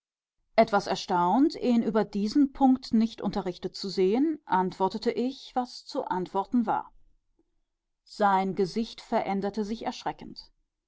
etwas erstaunt ihn über diesen punkt nicht unterrichtet zu sehen antwortete ich was zu antworten war sein gesicht veränderte sich erschreckend